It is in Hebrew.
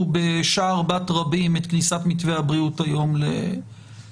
בשער בת רבים את כניסת מתווה הבריאות היום לתוקף.